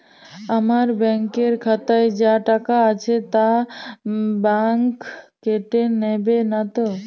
আমার ব্যাঙ্ক এর খাতায় যা টাকা আছে তা বাংক কেটে নেবে নাতো?